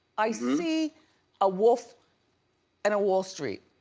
i see a wolf and a wall street.